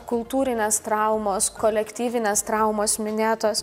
kultūrinės traumos kolektyvinės traumos minėtos